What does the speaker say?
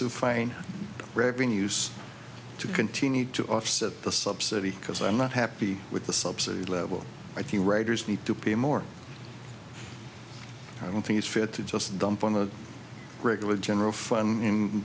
to find revenues to continue to offset the subsidy because i'm not happy with the subsidy level i think writers need to pay more i don't think it's fair to just dump on a regular general fun